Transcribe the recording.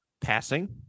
passing